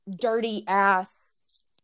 dirty-ass